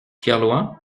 kerlouan